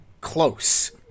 close